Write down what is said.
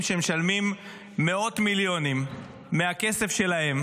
שהם משלמים מאות מיליונים מהכסף שלהם